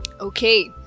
Okay